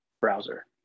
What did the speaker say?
browser